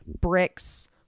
bricks